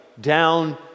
down